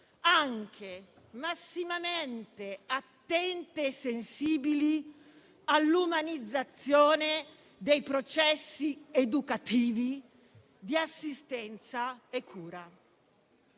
anche massimamente attente e sensibili all'umanizzazione dei processi educativi, di assistenza e cura.